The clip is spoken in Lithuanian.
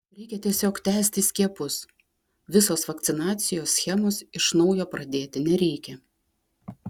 reikia tiesiog tęsti skiepus visos vakcinacijos schemos iš naujo pradėti nereikia